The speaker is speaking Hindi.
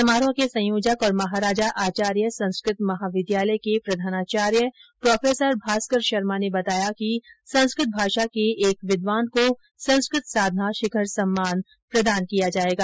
समारोह के संयोजक और महाराजा आचार्य संस्कृत महाविद्यालय के प्रधानाचार्य प्रो भास्कर शर्मा ने बताया कि संस्कृत भाषा के एक विद्वान को संस्कृत साधना शिखर सम्मान प्रदान किया जाएगा